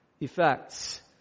effects